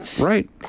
Right